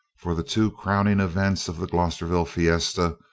for the two crowning events of the glosterville fiesta,